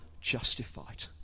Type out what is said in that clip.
justified